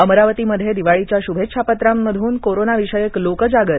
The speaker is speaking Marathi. अमरावतीमध्ये दिवाळीच्या शुभेच्छापत्रांतून कोरोना विषयक लोकजागर